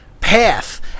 path